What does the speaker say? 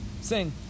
sing